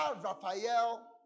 Raphael